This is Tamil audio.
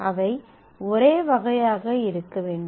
அவை ஒரே வகையாக இருக்க வேண்டும்